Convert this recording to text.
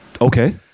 Okay